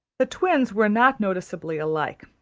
the twins were not noticeably alike,